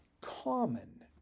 Common